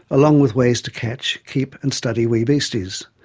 along with ways to catch, keep and study wee beasties.